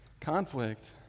Conflict